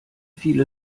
viele